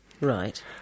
Right